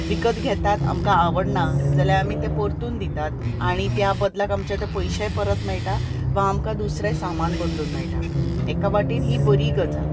विकत घेतात आमकां आवडना जाल्यार आमी तें परतून दितात आनी त्या बदलाक आमचे ते पयशेय परत मेळटा वा आमकां दुसरें सामान बदलून मेळटा एका वाटेन ही बरी गजाल